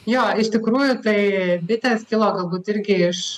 jo iš tikrųjų tai bitės kilo galbūt irgi iš